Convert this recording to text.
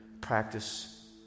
practice